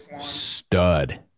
stud